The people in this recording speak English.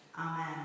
Amen